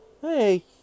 Hey